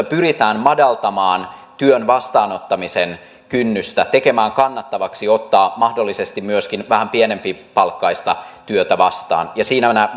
pyritään madaltamaan työn vastaanottamisen kynnystä tekemään kannattavaksi ottaa mahdollisesti myöskin vähän pienempipalkkaista työtä vastaan ja siinä